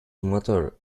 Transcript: mother